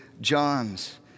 John's